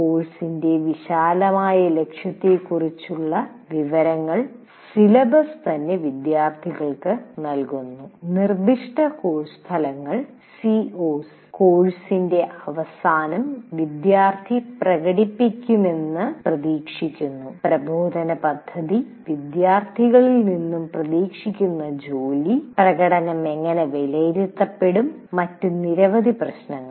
കോഴ്സിന്റെ വിശാലമായ ലക്ഷ്യത്തെക്കുറിച്ചുള്ള വിവരങ്ങൾ സിലബസ് തന്നെ വിദ്യാർത്ഥികൾക്ക് നൽകുന്നു നിർദ്ദിഷ്ട കോഴ്സ് ഫലങ്ങൾ സിഒഎസ് കോഴ്സിന്റെ അവസാനം വിദ്യാർത്ഥി പ്രകടിപ്പിക്കുമെന്ന് പ്രതീക്ഷിക്കുന്നു പ്രബോധന പദ്ധതി വിദ്യാർത്ഥികളിൽ നിന്നും പ്രതീക്ഷിക്കുന്ന ജോലി പ്രകടനം എങ്ങനെ വിലയിരുത്തപ്പെടും മറ്റ് നിരവധി പ്രശ്നങ്ങൾ